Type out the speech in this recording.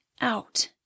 out